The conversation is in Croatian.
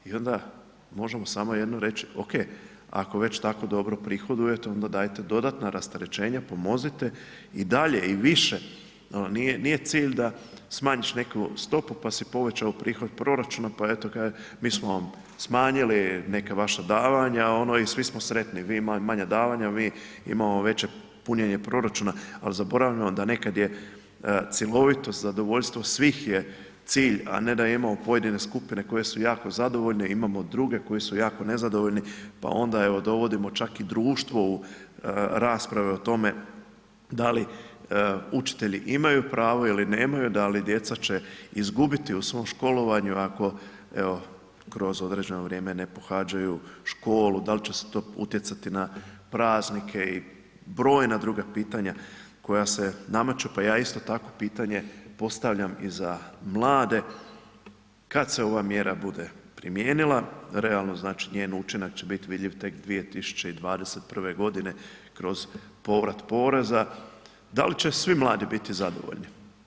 I onda možemo samo jedno reći, ok, ako već tako dobro prihodujete, onda dajte dodatno rasterećenje, pomozite i dalje i više, ono, nije cilj da smanjiš neku stopu pa si povećao prihod proračuna pa eto, kažeš mi smo smanjili neka vaša davanja i svi smo sretni, vi manje davanja, mi imamo veće punjenje proračuna ali zaboravljamo da nekad je cjelovito zadovoljstvo svih je cilj a ne da imamo pojedine skupine koje su jako zadovoljne, imamo druge koje su jako nezadovoljne pa onda evo dovodimo čak i društvo u rasprave o tome da li učitelji imaju pravo ili nemaju, da li djeca će izgubiti u svom školovanju ako evo kroz određeno vrijeme ne pohađaju školu, da li će to utjecati na praznike i brojna druga pitanja koja se nameću pa ja isto tako pitanje postavljam i za mlade, kad se ova mjera bude primijenila, realno znači njen učinak će biti vidljiv tek 2021. g. kroz povrat poreza, da li će svi mladi biti zadovoljni.